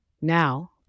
Now